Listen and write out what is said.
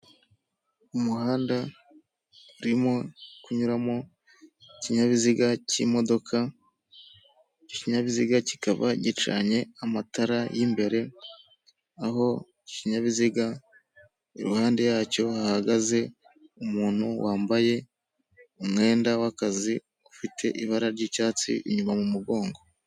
Umuhanda urimo kunyuramo ikinyabiziga cy'imodoka, icyo kinyabiziga kikaba gicanye amatara y'imbere, aho ikinyabiziga iruhande yacyo hahagaze umuntu wambaye umwenda w'akazi ufite ibara ry'icyatsi inyuma mu mugongo.